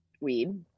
weed